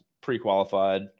pre-qualified